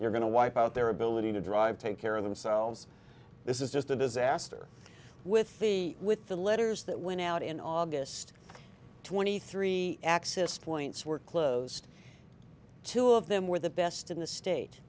you're going to wipe out their ability to drive take care of themselves this is just a disaster with the with the letters that went out in august twenty three access points were closed two of them were the best in the state